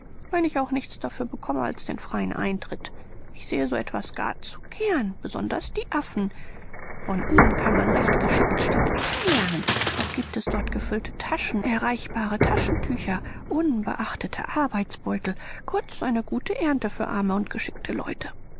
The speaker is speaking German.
wenn ich auch nichts dafür bekomme als den freien eintritt ich sehe so etwas gar zu gern besonders die affen von ihnen kann man recht geschickt stibitzen lernen auch giebt es dort gefüllte taschen erreichbare taschentücher unbeachtete arbeitsbeutel kurz eine gute ernte für arme und geschickte leute